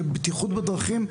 כי בטיחות בדרכים,